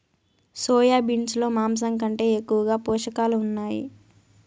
soya beans లో మాంసం కంటే ఎక్కువగా పోషకాలు ఉన్నాయి